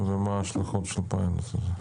ומה ההשלכות של הפיילוט הזה.